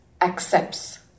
accepts